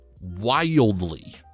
wildly